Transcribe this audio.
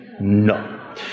No